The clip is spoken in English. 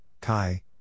Kai